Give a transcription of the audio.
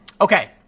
okay